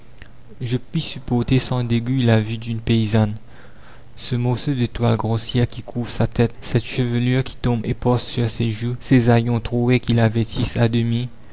je puis supporter sans dégoût la vue d'une paysanne ce morceau de toile grossière qui couvre sa tête cette chevelure qui tombe éparse sur ses joues ces haillons troués qui la vêtissent à demi